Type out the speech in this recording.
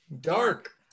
dark